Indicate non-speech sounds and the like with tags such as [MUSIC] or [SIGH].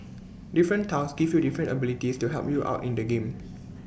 different tiles give you different abilities to help you out in the game [NOISE]